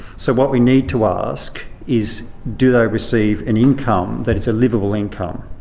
so what we need to ask is do they receive an income that's a liveable income.